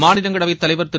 மாநிலங்களவைத் தலைவர் திரு